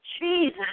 Jesus